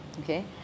Okay